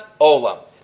Olam